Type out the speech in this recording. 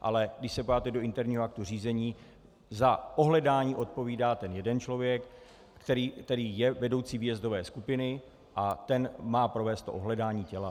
Ale když se podíváte do interního aktu řízení, za ohledání odpovídá ten jeden člověk, který je vedoucí výjezdové skupiny, a ten má provést ohledání těla.